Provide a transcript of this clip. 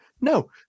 no